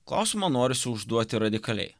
klausimą norisi užduoti radikaliai